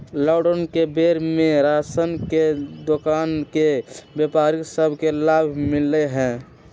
lockdown के बेर में राशन के दोकान के व्यापारि सभ के लाभ मिललइ ह